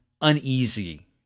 uneasy